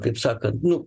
kaip sakant nu